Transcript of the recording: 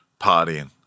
partying